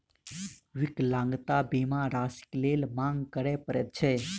विकलांगता बीमा राशिक लेल मांग करय पड़ैत छै